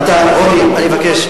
אל תעזרו.